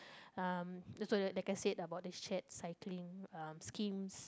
uh like I said about the shared cycling uh schemes